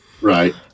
Right